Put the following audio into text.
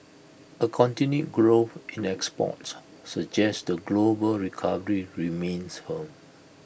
A continued growth in exports suggest the global recovery remains firm